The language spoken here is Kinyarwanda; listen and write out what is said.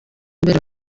mbere